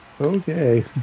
Okay